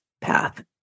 path